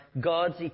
God's